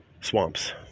swamps